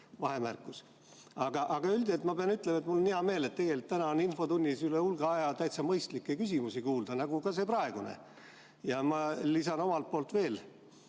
Aga üldiselt ma pean ütlema, et mul on hea meel, et täna on infotunnis üle hulga aja täitsa mõistlikke küsimusi kuulda, nagu ka see praegune. Ma lisan omalt poolt siia